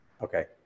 okay